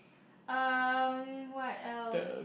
um what else